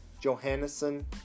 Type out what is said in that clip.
Johansson